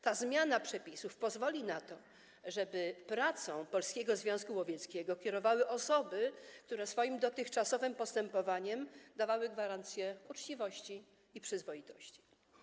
Ta zmiana przepisów pozwoli na to, żeby pracą Polskiego Związku Łowieckiego kierowały osoby, które swoim dotychczasowym postępowaniem dawały gwarancję uczciwości i przyzwoitości.